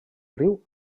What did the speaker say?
riu